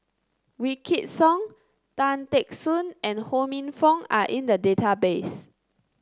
Wykidd Song Tan Teck Soon and Ho Minfong are in the database